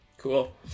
Cool